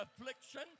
affliction